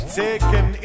taken